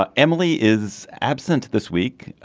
ah emily is absent this week.